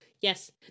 yes